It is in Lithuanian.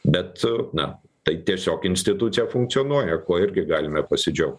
bet na tai tiesiog institucija funkcionuoja kuo irgi galime pasidžiaugt